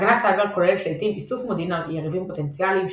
הגנת סייבר כוללת לעיתים איסוף מודיעין על יריבים פוטנציאליים,